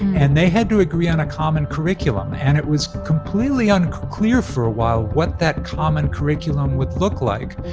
and they had to agree on a common curriculum, and it was completely unclear for a while what that common curriculum would look like.